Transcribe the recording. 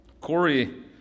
Corey